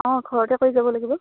অ' ঘৰতে কৰি যাব লাগিব